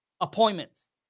appointments